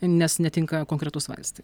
nes netinka konkretūs vaistai